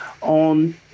on